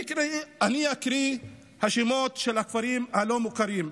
אני אקרא את השמות של הכפרים הלא-מוכרים: